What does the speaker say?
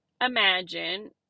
imagine